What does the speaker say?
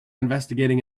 investigating